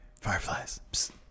Fireflies